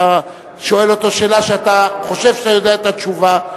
אתה שואל אותו שאלה שאתה חושב שאתה יודע את התשובה,